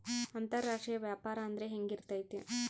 ಅಂತರಾಷ್ಟ್ರೇಯ ವ್ಯಾಪಾರ ಅಂದ್ರೆ ಹೆಂಗಿರ್ತೈತಿ?